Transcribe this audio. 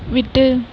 விட்டு